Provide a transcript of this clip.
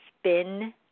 spin